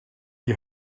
die